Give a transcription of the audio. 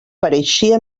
pareixia